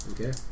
Okay